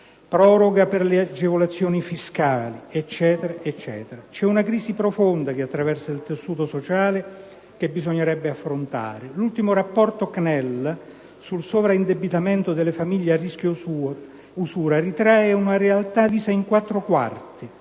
proroga per le agevolazioni fiscali, eccetera. C'è una crisi profonda che attraversa il tessuto sociale che bisognerebbe affrontare. L'ultimo rapporto CNEL sul sovraindebitamento delle famiglie a rischio usura ritrae una realtà divisa in quattro quarti: